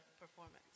performance